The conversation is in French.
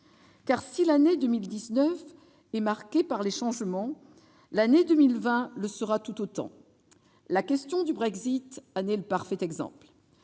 si l'année 2019 est marquée par les changements, l'année 2020 le sera tout autant. La question du Brexit en est le parfait exemple.